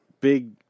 big